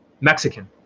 Mexican